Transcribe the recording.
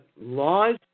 laws